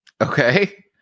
Okay